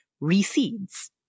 recedes